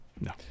No